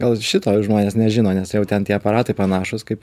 gal šito žmonės nežino nes jau ten tie aparatai panašūs kaip